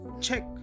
check